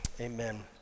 amen